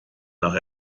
nach